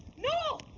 no!